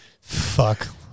Fuck